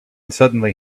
suddenly